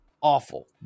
awful